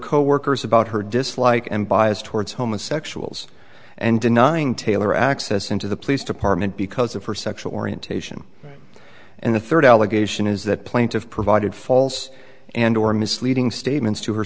coworkers about her dislike and bias towards homosexuals and denying taylor access into the police department because of her sexual orientation and the third allegation is that plaintive provided false and or misleading statements to her